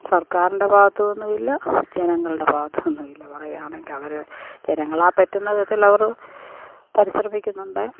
സർക്കാരിൻ്റെ ഭാഗത്തുനിന്നുമില്ല ജനങ്ങളുടെ ഭാഗത്തുനിന്നുമില്ല പറയുവാണെങ്കിൽ അവര് ജനങ്ങളാൽ പറ്റുന്ന വിധത്തിൽ അവര് പരിശ്രമിക്കുന്നുണ്ട്